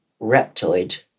reptoid